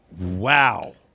Wow